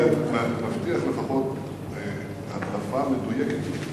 זה מבטיח לפחות הדלפה מדויקת יותר.